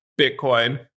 Bitcoin